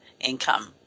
income